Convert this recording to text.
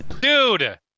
dude